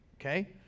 okay